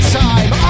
time